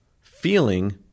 feeling